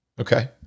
Okay